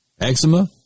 eczema